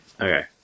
Okay